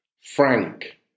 Frank